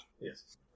Yes